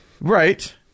Right